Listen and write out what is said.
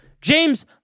James